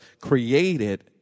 created